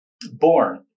born